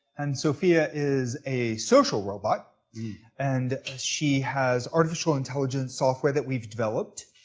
and sophia is a social robot and she has artificial intelligence software that we've developed.